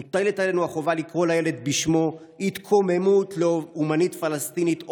מוטלת עלינו החובה לקרוא לילד בשמו: התקוממות לאומנית פלסטינית,